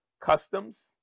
customs